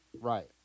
Right